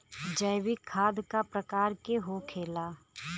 जैविक खाद का प्रकार के होखे ला?